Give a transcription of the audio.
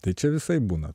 tai čia visaip būna